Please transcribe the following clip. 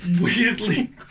weirdly